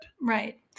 Right